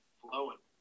flowing